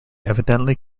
evidently